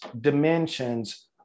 dimensions